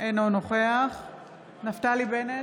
אינו נוכח נפתלי בנט,